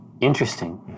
Interesting